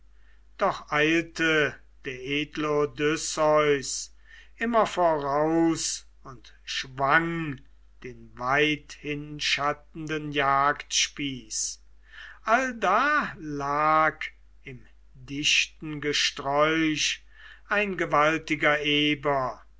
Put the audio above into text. doch eilte der edle odysseus immer voraus und schwang den weithinschattenden jagdspieß allda lag im dichten gesträuch ein gewaltiger eber